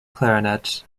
clarinets